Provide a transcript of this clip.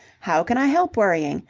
how can i help worrying?